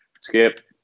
Skip